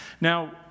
Now